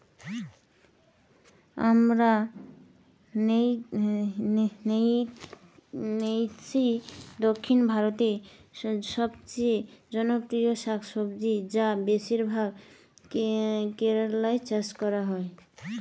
আমরান্থেইসি দক্ষিণ ভারতের সবচেয়ে জনপ্রিয় শাকসবজি যা বেশিরভাগ কেরালায় চাষ করা হয়